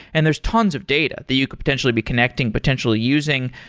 and there's tons of data that you could potentially be connecting, potentially using.